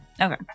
Okay